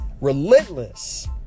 Relentless